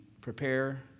prepare